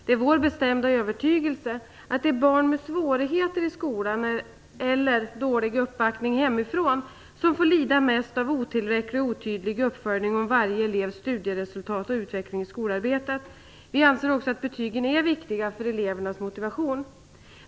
Det är vår bestämda övertygelse att det är barn med svårigheter i skolarbetet eller med dålig uppbackning hemifrån som får lida mest av otillräcklig och otydlig uppföljning av varje elevs studieresultat och utveckling i skolarbetet. Vi anser också att betygen är viktiga för elevernas motivation.